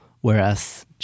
whereas